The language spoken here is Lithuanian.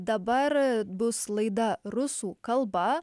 dabar bus laida rusų kalba